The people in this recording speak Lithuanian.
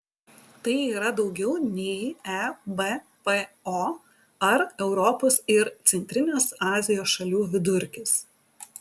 tai yra daugiau nei ebpo ar europos ir centrinės azijos šalių vidurkis